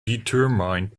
determined